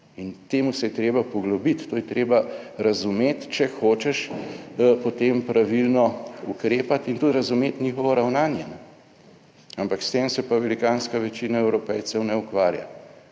In temu se je treba poglobiti. To je treba razumeti, če hočeš potem pravilno ukrepati in tudi razumeti njihovo ravnanje. Ampak s tem se pa velikanska večina Evropejcev ne ukvarja.